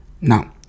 Now